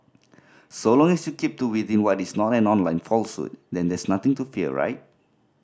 so long as you keep to within what is not an online falsehood then there's nothing to fear right